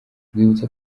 rwibutso